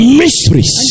mysteries